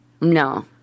No